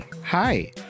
Hi